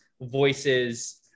voices